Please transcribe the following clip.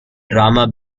drama